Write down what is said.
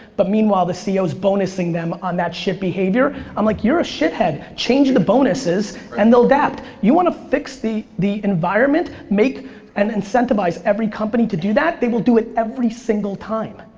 but meanwhile the ceo's bonusing them on that shit behavior, i'm like, you're a shithead. change the bonuses and they'll adapt. you wanna fix the the environment? make and incentivize every company to do that, they will do it every single time.